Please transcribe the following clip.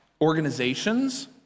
Organizations